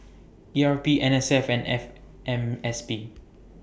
E R P N S F and F M S P